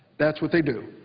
that's what they do.